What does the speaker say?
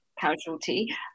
Casualty